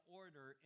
order